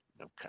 Okay